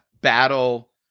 Battle